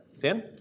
Dan